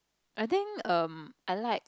I think um I like